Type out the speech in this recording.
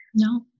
No